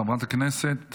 חברת הכנסת